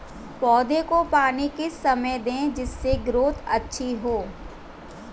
पौधे को पानी किस समय दें जिससे ग्रोथ अच्छी हो?